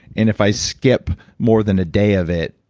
and if i skip more than a day of it,